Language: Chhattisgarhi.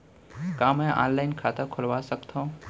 का मैं ऑनलाइन खाता खोलवा सकथव?